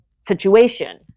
situation